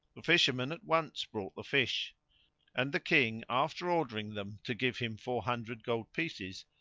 the fisherman at once brought the fish and the king, after ordering them to give him four hundred gold pieces,